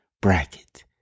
bracket